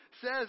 says